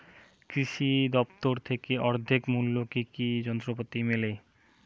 কৃষি দফতর থেকে অর্ধেক মূল্য কি কি যন্ত্রপাতি মেলে?